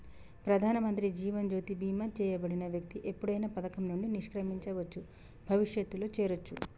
ప్రధానమంత్రి జీవన్ జ్యోతి బీమా చేయబడిన వ్యక్తి ఎప్పుడైనా పథకం నుండి నిష్క్రమించవచ్చు, భవిష్యత్తులో చేరొచ్చు